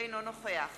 אינו נוכח